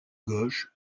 gauche